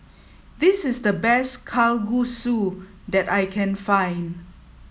this is the best Kalguksu that I can find